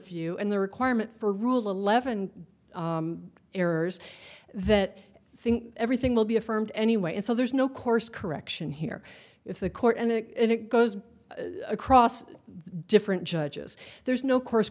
few and the requirement for rule eleven errors that i think everything will be affirmed anyway and so there's no course correction here if the court and it goes across different judges there's no course